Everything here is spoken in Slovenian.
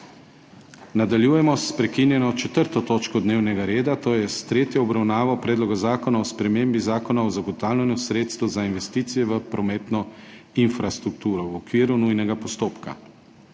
Nadaljujemo s prekinjeno 4. točko dnevnega reda, to je s tretjo obravnavo Predloga zakona o spremembi Zakona o zagotavljanju sredstev za investicije v prometno infrastrukturo v okviru nujnega postopka.